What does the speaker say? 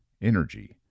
energy